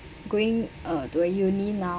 going uh to a uni now